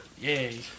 Yay